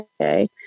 okay